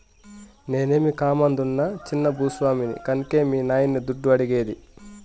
నేనేమీ కామందునా చిన్న భూ స్వామిని కన్కే మీ నాయన్ని దుడ్డు అడిగేది